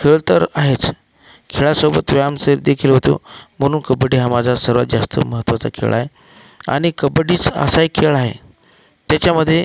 खेळ तर आहेच खेळासोबत व्यायाम स देखील होतो म्हणून कबड्डी हा माझा सर्वात जास्त महत्त्वाचा खेळ आहे आणि कबड्डीच असा एक खेळ आहे त्याच्यामध्ये